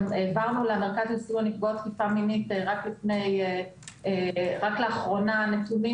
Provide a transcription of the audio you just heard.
העברנו לסיוע לנפגעות תקיפה מינית רק לאחרונה נתונים